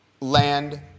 land